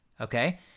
Okay